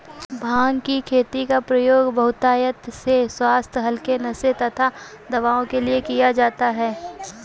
भांग की खेती का प्रयोग बहुतायत से स्वास्थ्य हल्के नशे तथा दवाओं के लिए किया जाता है